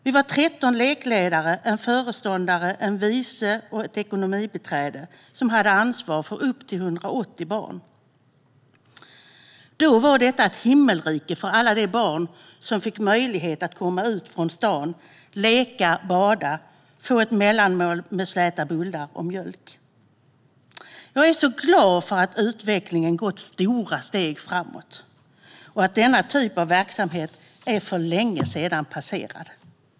Vi var 13 lekledare, en föreståndare, en vice föreståndare och ett ekonomibiträde som hade ansvar för upp till 180 barn. Då var detta ett himmelrike för alla de barn som fick möjlighet att komma ut från staden, leka, bada och få ett mellanmål med släta bullar och mjölk. Jag är glad för att utvecklingen gått stora steg framåt och att denna typ av verksamhet för länge sedan är passerad.